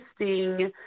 interesting